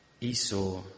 Esau